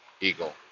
Eagle